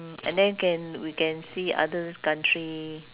mm and then can we can see other country